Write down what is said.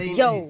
yo